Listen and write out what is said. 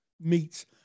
meet